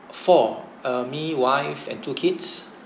four uh me wife and two kids